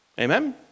Amen